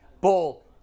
Bull